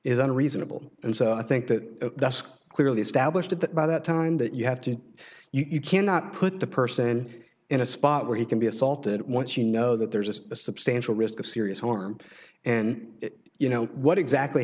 isn't reasonable and i think that that's clearly established that by that time that you have to you cannot put the person in a spot where you can be assaulted once you know that there is a substantial risk of serious harm and you know what exactly